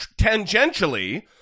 tangentially